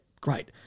great